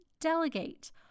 delegate